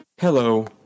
Hello